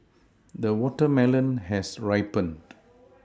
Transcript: the watermelon has ripened